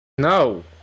no